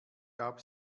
gab